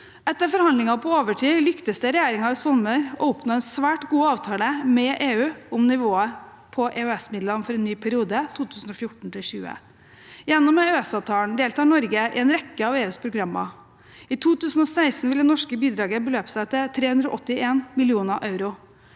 Etter forhandlinger på overtid lyktes det regjeringen i sommer å oppnå en svært god avtale med EU om nivået på EØS-midlene for en ny periode, 2014–2020. Gjennom EØS-avtalen deltar Norge i en rekke av EUs programmer. I 2016 vil det norske bidraget beløpe seg til 381 mill. euro.